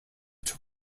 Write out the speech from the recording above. took